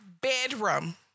bedroom